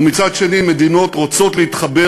ומצד שני, מדינות רוצות להתחבר